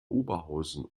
oberhausen